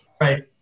Right